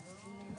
(א4)